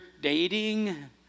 dating